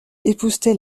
époussetait